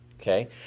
Okay